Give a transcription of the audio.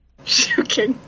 Okay